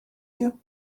you